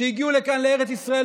שהגיעו לכאן לארץ ישראל,